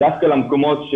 דווקא למקומות,